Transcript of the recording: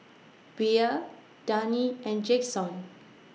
Bea Dani and Jaxon